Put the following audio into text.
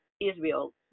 Israel